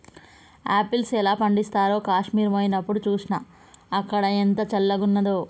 apples ఎలా పండిస్తారో కాశ్మీర్ పోయినప్డు చూస్నా, అక్కడ ఎంత చల్లంగున్నాదో